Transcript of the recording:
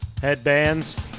headbands